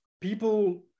people